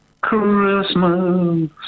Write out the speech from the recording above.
Christmas